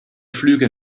flüge